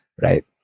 Right